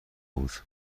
بود